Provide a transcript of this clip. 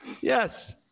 Yes